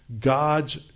God's